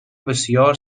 بسیار